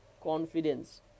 confidence